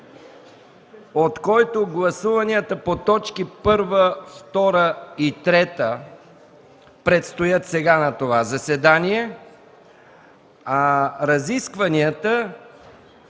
от който гласуванията по т. 1, 2 и 3 предстоят на това заседание, а разискванията